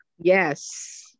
Yes